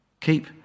keep